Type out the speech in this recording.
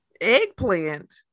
Eggplant